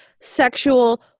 sexual